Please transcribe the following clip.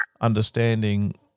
understanding